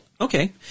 okay